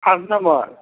खत्तम हइ